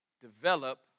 Develop